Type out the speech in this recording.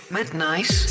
Midnight